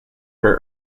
her